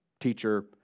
teacher